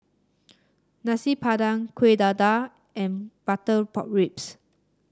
Nasi Padang Kueh Dadar and Butter Pork Ribs